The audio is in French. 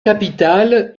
capitale